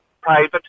private